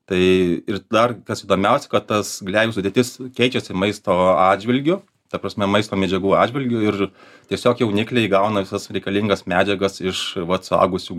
tai ir dar kas įdomiausia kad tas gleivių sudėtis keičiasi maisto atžvilgiu ta prasme maisto medžiagų atžvilgiu ir tiesiog jaunikliai gauna visas reikalingas medžiagas iš vat suaugusių